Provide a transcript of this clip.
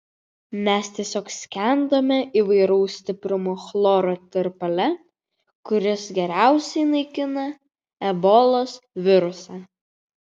mes tiesiog skendome įvairaus stiprumo chloro tirpale kuris geriausiai naikina ebolos virusą